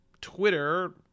Twitter